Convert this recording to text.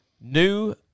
new